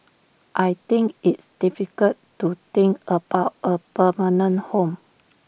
I think it's difficult to think about A permanent home